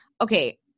okay